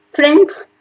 friends